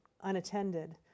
unattended